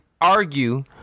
argue